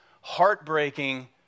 heartbreaking